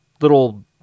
little